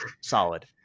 solid